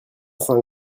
cents